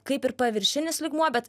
kaip ir paviršinis lygmuo bet